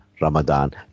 ramadan